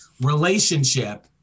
relationship